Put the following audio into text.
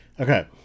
Okay